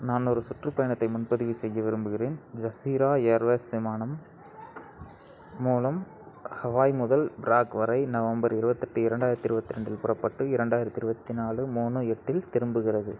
நான் ஒரு சுற்றுப்பயணத்தை முன்பதிவு செய்ய விரும்புகிறேன் ஜசீரா ஏர்வேஸ் விமானம் மூலம் ஹவாய் முதல் ப்ராக் வரை நவம்பர் இருபத்தெட்டு இரண்டாயிரத்தி இருபத்தி ரெண்டில் புறப்பட்டு இரண்டாயிரத்தி இருபத்தி நாலு மூணு எட்டில் திரும்புகிறது